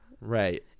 Right